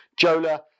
Jola